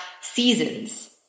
seasons